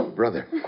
Brother